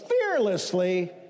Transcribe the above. fearlessly